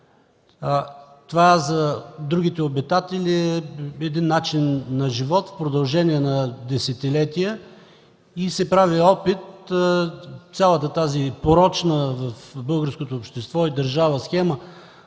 това за другите обитатели е начин на живот в продължение на десетилетия и се прави опит цялата тази порочна схема в българското общество и държава,